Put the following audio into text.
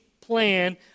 plan